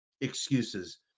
excuses